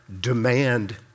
demand